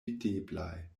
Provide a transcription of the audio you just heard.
videblaj